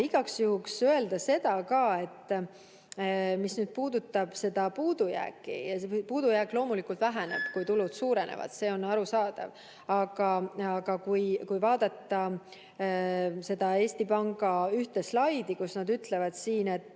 igaks juhuks öelda seda ka, mis nüüd puudutab seda puudujääki. Puudujääk loomulikult väheneb, kui tulud suurenevad, see on arusaadav. Aga kui vaadata Eesti Panga ühte slaidi, siis nad ütlevad siin, et